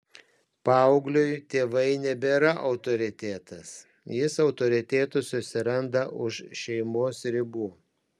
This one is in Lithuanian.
paaugliui tėvai nebėra autoritetas jis autoritetų susiranda už šeimos ribų